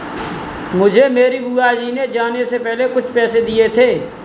मुझे मेरी बुआ जी ने जाने से पहले कुछ पैसे दिए थे